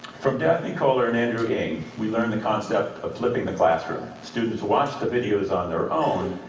from daphne koller and andrew ng, we learned the concept of flipping the classroom. students watch the videos on their own,